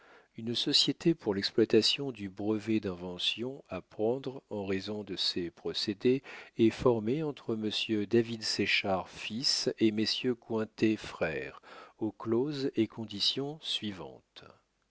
une société pour l'exploitation du brevet d'invention à prendre en raison de ces procédés est formée entre monsieur david séchard fils et messieurs cointet frères aux clauses et conditions suivantes